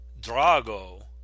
Drago